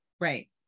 Right